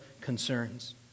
concerns